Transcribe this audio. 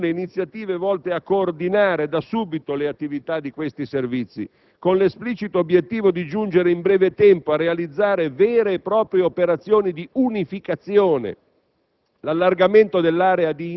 Sarebbero pertanto opportune iniziative volte a coordinare da subito le attività di questi Servizi, con l'esplicito obiettivo di giungere in breve tempo a realizzare vere e proprie operazioni di unificazione.